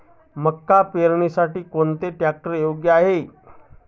मका पेरणीसाठी कोणता ट्रॅक्टर योग्य आहे?